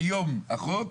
ביום החוק,